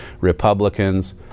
Republicans